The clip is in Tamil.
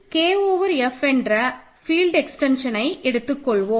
K ஓவர் F என்ற ஃபீல்ட் எக்ஸ்டென்ஷன்ஐ எடுத்துக்கொள்வோம்